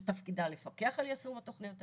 שתפקידה לפקח על יישום התוכניות האלה.